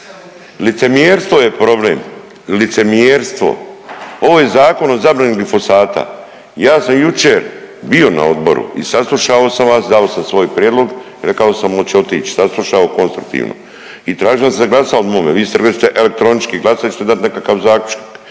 licemjerstvo je problem, licemjerstvo. Ovo je Zakon o zabrani glifosata, ja sam jučer bio na odboru i saslušao sam vas, dao sam svoj prijedlog i rekao sam oću otić, saslušao konstruktivno i tražio sam da glasa o ovome, vi ste već elektronički glasali ili ćete dat nekakav zaključak,